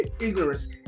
ignorance